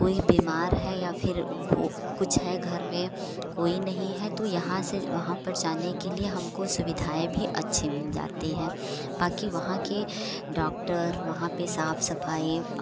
कोई बीमार है या फिर ओ कुछ है घर में कोई नहीं है तो यहाँ से वहाँ पर जाने के लिए हमको सुविधाएं भी अच्छे मिल जाती है बाकी वहाँ के डॉक्टर वहाँ पे साफ सफाई